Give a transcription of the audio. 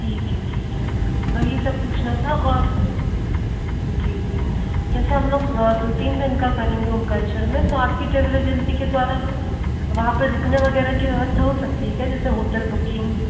ठीक है ठीक है वही सब पूछना था और जी जी जैसे हम लोग दो तीन दिन का करेंगे ओंकारेश्वर में तो आपकी टेवल एजेंसी के द्वारा वहाँ पर रुकने वग़ैरह की व्यवस्था हो सकती है क्या जैसे होटल बुकिंग